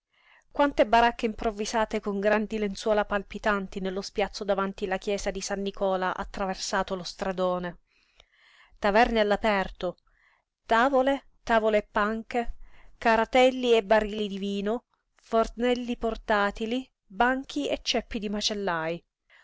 quante baracche improvvisate con grandi lenzuola palpitanti nello spiazzo davanti la chiesa di san nicola attraversato dallo stradone taverne all'aperto tavole tavole e panche caratelli e barili di vino fornelli portatili banchi e ceppi di macellaj